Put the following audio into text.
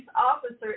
officer